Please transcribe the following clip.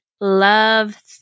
love